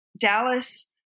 Dallas